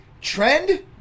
Trend